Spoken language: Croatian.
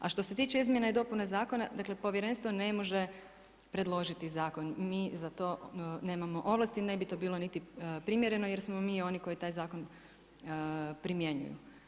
A što se tiče izmjena i dopuna zakona dakle povjerenstvo ne može predložiti zakon, mi za to nemamo ovlasti, ne bi to bilo niti primjereno jer smo mi oni koji taj zakon primjenjuju.